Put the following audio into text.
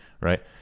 Right